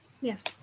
Yes